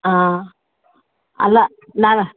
ಆಂ ಅಲ್ಲ ನಾನು